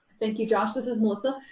thank you, josh. this is melissa.